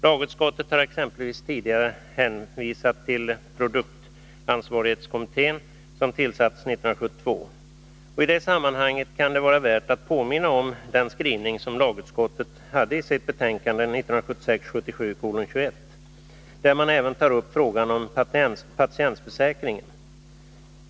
Lagutskottet har exempelvis tidigare hänvisat till produktansvarighetskommittén, som tillsattes 1972. I det sammanhanget kan det vara värt att påminna om lagutskottets skrivning i dettas betänkande 1976/77:21, där utskottet även tar upp frågan om patientförsäkring.